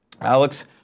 Alex